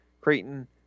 Creighton